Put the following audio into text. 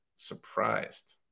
surprised